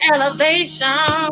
Elevation